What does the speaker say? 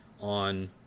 on